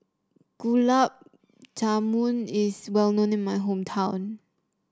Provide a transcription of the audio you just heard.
Gulab Jamun is well known in my hometown